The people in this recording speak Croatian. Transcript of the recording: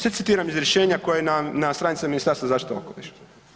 Sve citiram iz rješenja koje je na stranicama Ministarstva zaštite okoliša.